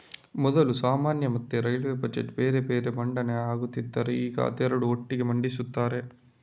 ಮೊದಲು ಸಾಮಾನ್ಯ ಮತ್ತೆ ರೈಲ್ವೇ ಬಜೆಟ್ ಬೇರೆ ಬೇರೆ ಮಂಡನೆ ಆಗ್ತಿದ್ರೆ ಈಗ ಅದೆರಡು ಒಟ್ಟಿಗೆ ಮಂಡಿಸ್ತಾರೆ